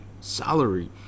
salary